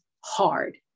hard